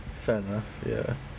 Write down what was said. fair enough ya